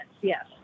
yes